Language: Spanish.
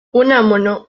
unamuno